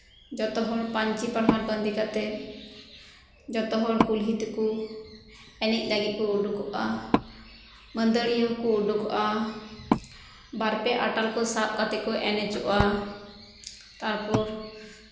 ᱡᱚᱛᱚᱦᱚᱲ ᱯᱟᱹᱧᱪᱤᱼᱯᱟᱲᱦᱟᱴ ᱵᱟᱸᱫᱮ ᱠᱟᱛᱮ ᱡᱚᱛᱚ ᱦᱚᱲ ᱠᱩᱞᱦᱤ ᱛᱮᱠᱚ ᱮᱱᱮᱡ ᱞᱟᱹᱜᱤᱫ ᱠᱚ ᱩᱰᱩᱠᱚᱜᱼᱟ ᱢᱟᱹᱫᱟᱹᱲᱤᱭᱟᱹ ᱠᱚ ᱩᱰᱩᱠᱚᱜᱼᱟ ᱵᱟᱨᱼᱯᱮ ᱟᱴᱟᱞ ᱠᱚ ᱥᱟᱵ ᱠᱟᱛᱮ ᱠᱚ ᱮᱱᱮᱡᱚᱜᱼᱟ ᱛᱟᱨᱯᱚᱨ